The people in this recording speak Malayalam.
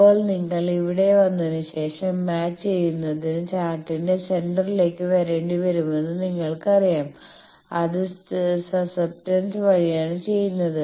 ഇപ്പോൾ നിങ്ങൾ ഇവിടെ വന്നതിന് ശേഷം മാച്ച് ചെയ്യുന്നതിന് ചാർട്ടിന്റെ സെന്റർലേക്ക് വരേണ്ടിവരുമെന്ന് നിങ്ങൾക്കറിയാം അത് സസ്സെപ്റ്റൻസ് വഴിയാണ് ചെയ്യുന്നത്